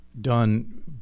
done